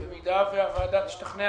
אם הוועדה תשתכנע